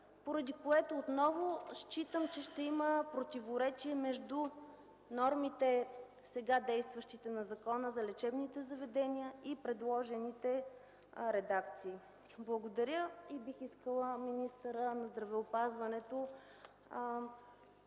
поради което отново считам, че ще има противоречие между сега действащите норми на Закона за лечебните заведения и предложените редакции. Бих искала министърът на здравеопазването